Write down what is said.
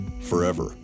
forever